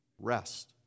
rest